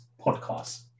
podcast